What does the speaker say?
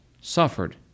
suffered